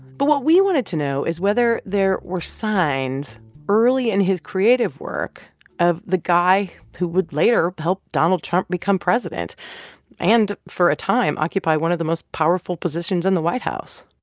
but what we wanted to know is whether there were signs early in his creative work of the guy who would later help donald trump become president and, for a time, occupy one of the most powerful positions in the white house